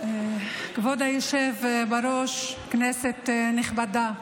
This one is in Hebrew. כבוד היושב בראש, כנסת נכבדה,